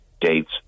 dates